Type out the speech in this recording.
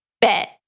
bet